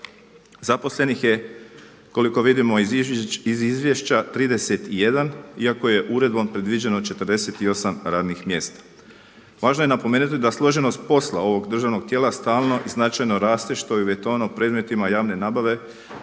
Zaposlenih je koliko vidimo iz izvješća 31 iako je uredbom predviđeno 48 radnih mjesta. Važno je napomenuti da složenost posla ovog državnog tijela stalno i značajno raste što je uvjetovano predmetima javne nabave